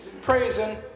praising